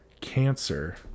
cancer